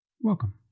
Welcome